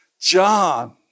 John